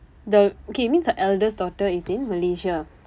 the okay means her eldest daughter is in malaysia